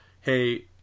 hey